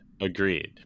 Agreed